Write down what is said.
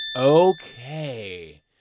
Okay